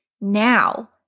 now